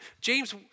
James